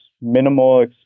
minimal